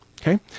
Okay